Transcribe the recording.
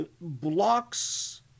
blocks